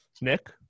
Nick